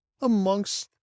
amongst